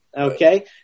okay